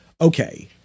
okay